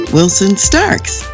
Wilson-Starks